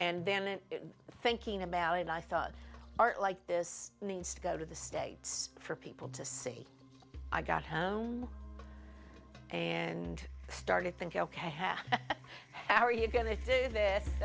and then and thinking about it i thought like this needs to go to the states for people to see i got home and started thinking ok how are you going to do this